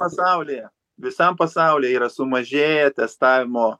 pasaulyje visam pasaulyje yra sumažėję testavimo